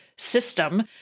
System